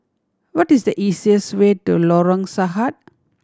what is the easiest way to Lorong Sahad